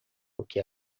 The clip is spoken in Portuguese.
porque